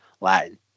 Latin